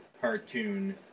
cartoon